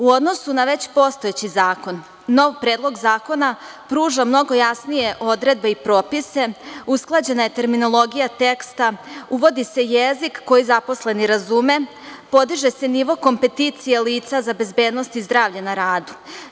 U odnosu na već postojeći zakon nov Predlog zakona pruža mnogo jasnije odredbe i propise, usklađena je terminologija teksta, uvodi se jezik koji zaposleni razume, podiže se nivo kompenticije lica za bezbednost i zdravlje na radu.